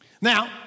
Now